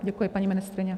Děkuji, paní ministryně.